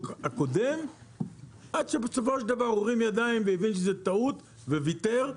הקודם עד שבסופו של דבר הוא הרים ידיים והבין שזו טעות וויתר,